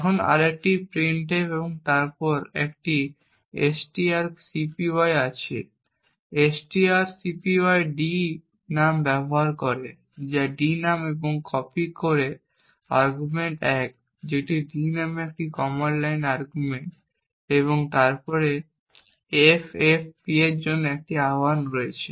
এখন আরেকটি printf এবং তারপর একটি strcpy আছে এখন strcpy d নাম ব্যবহার করে যা d নাম এবং কপি করে আর্গুমেন্ট 1 যেটি d নামে একটি কমান্ড লাইন আর্গুমেন্ট এবং তারপরে ffp এর জন্য একটি আহ্বান রয়েছে